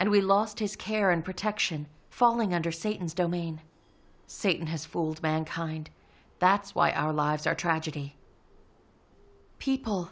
and we lost his care and protection falling under satan's domain satan has fooled mankind that's why our lives are tragedy people